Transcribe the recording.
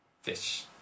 fish